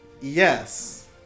Yes